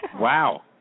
Wow